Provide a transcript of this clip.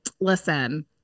listen-